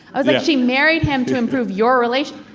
i was like, she married him to improve your relation.